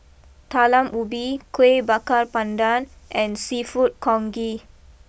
Talam Ubi Kuih Bakar Pandan and Seafood Congee